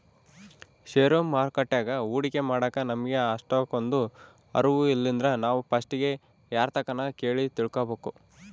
ಷೇರು ಮಾರುಕಟ್ಯಾಗ ಹೂಡಿಕೆ ಮಾಡಾಕ ನಮಿಗೆ ಅಷ್ಟಕೊಂದು ಅರುವು ಇಲ್ಲಿದ್ರ ನಾವು ಪಸ್ಟಿಗೆ ಯಾರ್ತಕನ ಕೇಳಿ ತಿಳ್ಕಬಕು